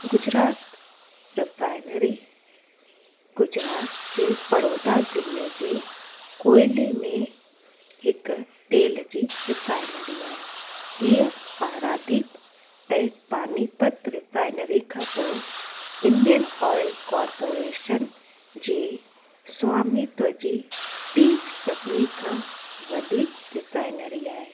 Gujarat refinery Gujarat जे बड़ौदा ज़िले जे कोयले में हिकु तेल जी रिफ़ाइनरी आहे हीअ पाराधि ऐं पानीपथ रिफ़ाइनरी खां पोइ इंडियन ऑइल कोर्पोरेशन जे स्वामित्व जी टीं सभिनी खां वॾी रिफ़ाइनरी आहे